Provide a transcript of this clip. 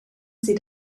sie